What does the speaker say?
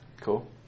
Cool